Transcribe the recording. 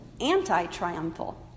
anti-triumphal